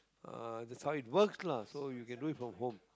uh that's how it works lah so you can do it from home